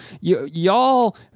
y'all